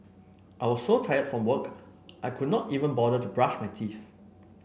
I was so tired from work I could not even bother to brush my teeth